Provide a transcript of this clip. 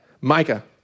Micah